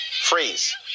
Freeze